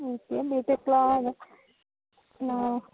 okay బీటెక్లాగ